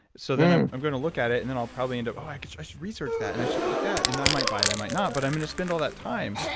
so then i'm going to look at it and then i'll probably end up, oh, i i should research that and i should click that, and i might buy it, i might not. but i'm going to spend all that time,